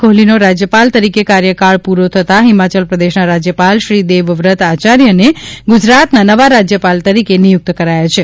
કોહલીનો રાજ્યપાલ તરીકે કાર્યકાળ પૂરો થતાં હિમાચલપ્રદેશના રાજ્યપાલ શ્રી દેવવ્રત આચાર્યને ગુજરાતના નવા રાજ્યપાલ તરીકે નિયુક્ત કરાયા છે